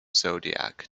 zodiac